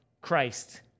Christ